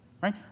right